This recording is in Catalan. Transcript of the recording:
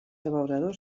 abeuradors